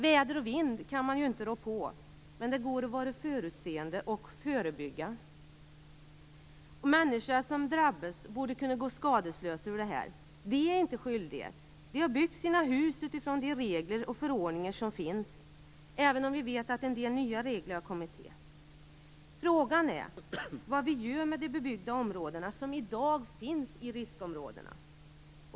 Väder och vind kan man inte rå på, men det går att vara förutseende och förebygga. Människorna som drabbas borde kunna gå skadeslösa ur detta. De är inte skyldiga. De har byggt sina hus utifrån de regler och förordningar som finns, även om vi vet att en del nya regler har kommit till. Frågan är vad vi gör med de bebyggda områden som i dag finns i riskområdena.